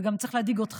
וצריך להדאיג גם אותך.